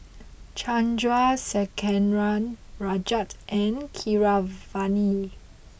Chandrasekaran Rajat and Keeravani